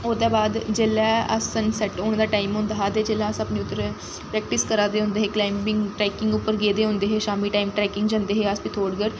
ओह्दे बाद जेल्लै अस सन सैट्ट होने दा टाइम होंदा हा ते जेल्लै अस अपनी उद्धर प्रैक्टिस करा दे होंदे हे क्लाइबिंग ट्रैकिंग उप्पर गेदे दे होंदे हे शामी टाइम ट्रैकिंग जंदे हे अस पिथोरगढ़